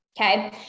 okay